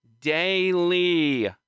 daily